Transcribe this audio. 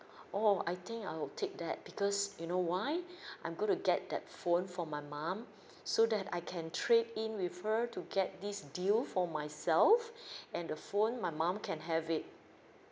orh I think I will take that because you know why I'm going to get that phone for my mum so that I can trade in with her to get this deal for myself and the phone my mum can have it